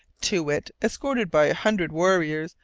too-wit, escorted by a hundred warriors,